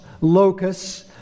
locusts